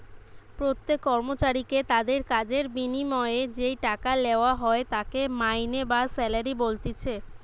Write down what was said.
প্রত্যেক কর্মচারীকে তাদির কাজের বিনিময়ে যেই টাকা লেওয়া হয় তাকে মাইনে বা স্যালারি বলতিছে